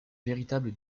véritable